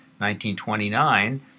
1929